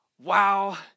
wow